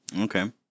Okay